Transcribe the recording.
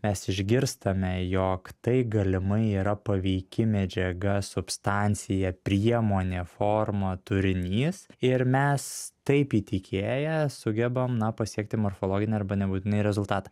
mes išgirstame jog tai galimai yra paveiki medžiaga substancija priemonė forma turinys ir mes taip įtikėję sugebam na pasiekti morfologinį arba nebūtinai rezultatą